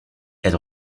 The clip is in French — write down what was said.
elle